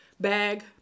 bag